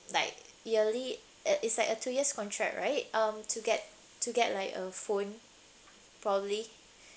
like yearly uh it's like a two years contract right um to get to get like a phone probably